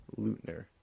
Lutner